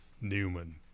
Newman